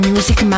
Music